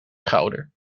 schouder